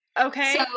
Okay